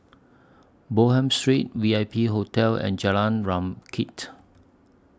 Bonham Street V I P Hotel and Jalan